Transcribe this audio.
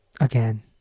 again